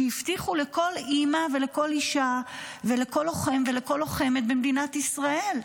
שהבטיחו לכל אימא ולכל אישה ולכל לוחם ולכל לוחמת במדינת ישראל.